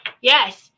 yes